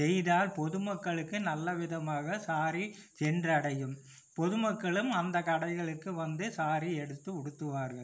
செய்தால் பொதுமக்களுக்கு நல்லவிதமாக ஸாரி சென்றடையும் பொதுமக்களும் அந்தக் கடைகளுக்கு வந்து ஸாரி எடுத்து உடுத்துவார்கள்